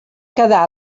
quedar